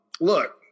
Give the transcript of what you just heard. look